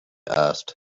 asked